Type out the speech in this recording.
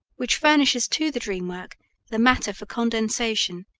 which furnishes to the dream work the matter for condensation,